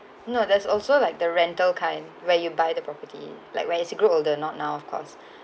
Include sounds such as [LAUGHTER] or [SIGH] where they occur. no that's also like the rental kind where you buy the property like when as you grow older not now of course [BREATH]